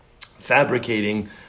fabricating